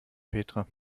petra